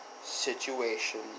situation